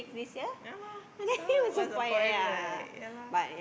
ya lah so what's the point right ya lah